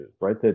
right